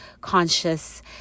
conscious